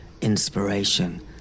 inspiration